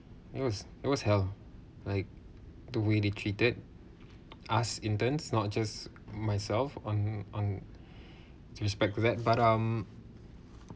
it was it was hell like the way they treated us interns not just myself on on to speculate that but um